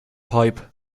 pipe